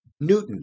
Newton